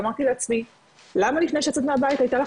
ואמרתי לעצמי למה לפני שאת יוצאת מהבית הייתה לך